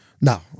No